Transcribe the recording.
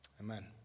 Amen